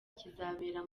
kizabera